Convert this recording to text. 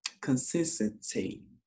consistency